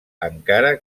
encara